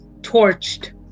torched